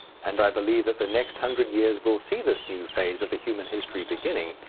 and i believe that the next hundred years will see this new phase of the human history beginning,